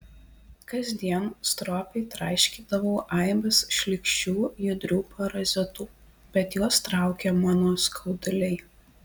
kasdien stropiai traiškydavau aibes šlykščių judrių parazitų bet juos traukė mano skauduliai